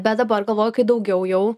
bet dabar galvoju kai daugiau jau